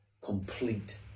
complete